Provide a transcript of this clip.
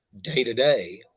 day-to-day